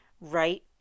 right